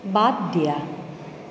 বাদ দিয়া